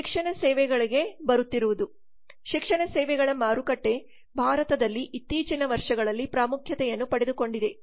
ಶಿಕ್ಷಣ ಸೇವೆಗಳಿಗೆ ಬರುತ್ತಿರುವುದು ಶಿಕ್ಷಣ ಸೇವೆಗಳ ಮಾರುಕಟ್ಟೆ ಭಾರತದಲ್ಲಿ ಇತ್ತೀಚಿನ ವರ್ಷಗಳಲ್ಲಿ ಪ್ರಾಮುಖ್ಯತೆಯನ್ನು ಪಡೆದುಕೊಂಡಿದೆ